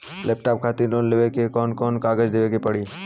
Laptop खातिर loan लेवे ला कौन कौन कागज देवे के पड़ी?